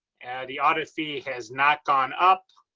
the audit fee has not gone up.